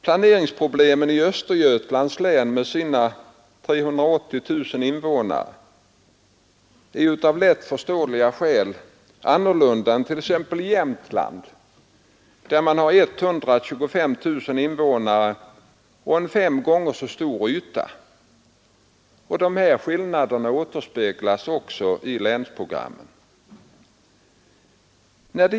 Planeringsproblemet i Östergötlands län med dess 380 000 invånare är av lätt förståeliga skäl andra än problemen i t.ex. Jämtlands län, där man har 125 000 invånare och en fem gånger så stor yta. Sådana skillnader återspeglas också i länsprogrammen.